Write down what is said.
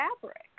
fabric